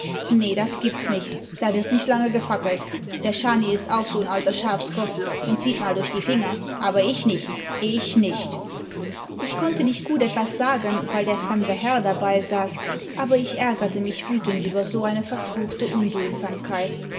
nee das gibt's nicht da wird nicht lange gefackelt der schani ist auch so n alter schafskopf und sieht mal durch die finger aber ich nicht i ich nicht ich konnte nicht gut etwas sagen weil der fremde herr dabeisaß aber ich ärgerte mich wütend über so eine verfluchte unduldsamkeit